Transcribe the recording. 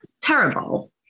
Terrible